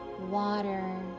water